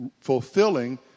fulfilling